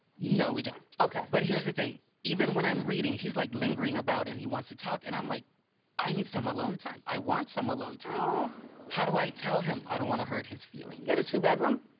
no we don't. okay. but here's the thing. even when i'm reading he's like lingering about and he wants to talk and i'm like i need some alone time. i want some alone time. um how do i tell him? i don't wanna hurt his feelings. get a two bedroom.